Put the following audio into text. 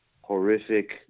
horrific